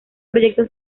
proyecto